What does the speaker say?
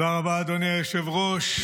תודה רבה, אדוני היושב-ראש.